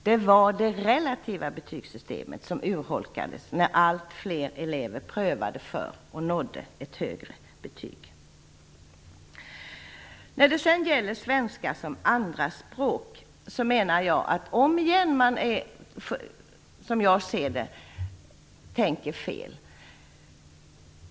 Det var det relativa betygssystemet som urholkades när allt fler elever prövade för och nådde ett högre betyg. När det sedan gäller svenska som andraspråk menar jag att man omigen tänker fel.